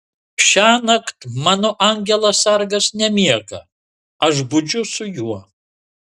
šiąnakt mano angelas sargas nemiega aš budžiu su juo